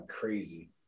crazy